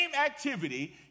activity